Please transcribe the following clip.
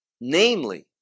namely